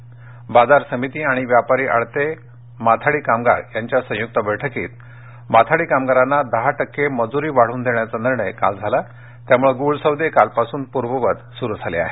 काल बाजार समिती आणि व्यापारी अडते माथाडी कामगार यांच्या संयुक्त बैठकीत माथाडी कामगारांना दहा टक्के मज्री वाढवून देण्याचा निर्णय झाला त्यामुळे गूळ सौदे कालपासून पूर्ववत सुरू झाले आहेत